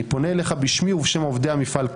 אני פונה אליך בשמי ובשם עובדי המפעל: